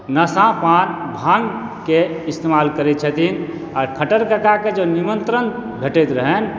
नशा पान भाँग के इस्तेमाल करै छथिन आ खट्टर ककाके जे निमंत्रण भेटैत रहनि